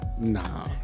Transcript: Nah